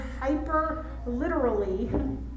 hyperliterally